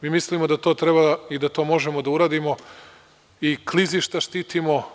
Mislimo da to treba i da to možemo da uradimo i klizišta štitimo.